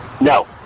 No